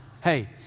Hey